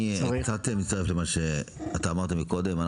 אני מצטרף למה שאמרת קודם.